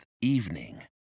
evening